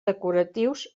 decoratius